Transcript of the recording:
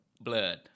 blood